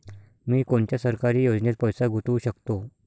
मी कोनच्या सरकारी योजनेत पैसा गुतवू शकतो?